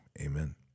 amen